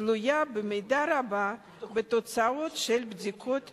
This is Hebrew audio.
תלויה במידה רבה בתוצאות של בדיקות פורנזיות,